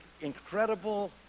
incredible